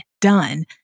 done